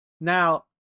now